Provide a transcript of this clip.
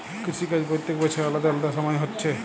কৃষি কাজ প্রত্যেক বছর আলাদা আলাদা সময় হচ্ছে